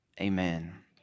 Amen